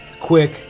quick